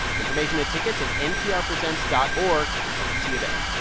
information and tickets at nprpresents dot org. hope to see you there